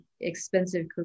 expensive